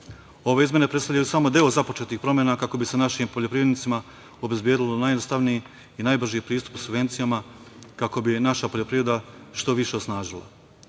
izmene predstavljaju samo deo započetih promena kako bi se našim poljoprivrednicima obezbedilo najjednostavniji i najbrži pristup subvencijama kako bi naša poljoprivreda što više osnažila.